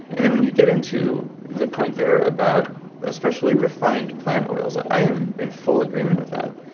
then when you get into the point there about especially refined plant oils i am in full agreement with that.